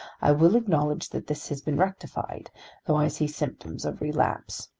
i will acknowledge that this has been rectified tho' i see symptoms of relapse.